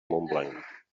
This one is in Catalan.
montblanc